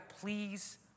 please